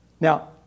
Now